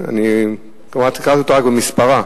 קראתי אותה רק במספרה,